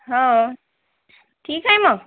हो ठीक आहे मग